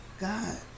God